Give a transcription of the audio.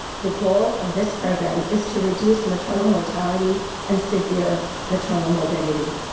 the goal of this program is to reduce maternal mortality and severe maternal morbidity.